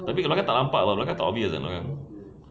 tapi kalau kau tak nampak tak obvious ah kan